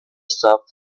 stuff